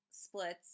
splits